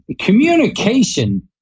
Communication